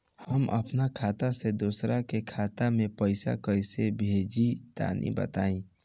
हम आपन खाता से दोसरा के खाता मे पईसा कइसे भेजि तनि बताईं?